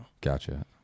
Gotcha